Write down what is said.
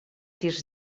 tirs